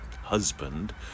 husband